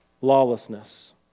lawlessness